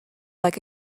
like